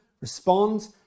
Respond